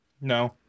no